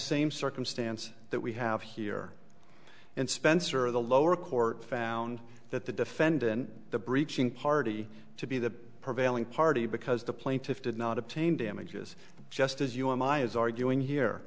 same circumstance that we have here and spencer the lower court found that the defendant the breaching party to be the prevailing party because the plaintiff did not obtain damages just as you are my is arguing here